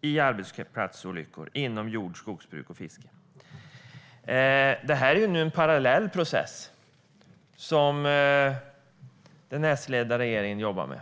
i arbetsplatsolyckor inom jord och skogsbruk och fiske. Det här är nu en parallell process som den S-ledda regeringen jobbar med.